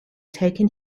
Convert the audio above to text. taken